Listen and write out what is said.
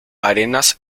arenas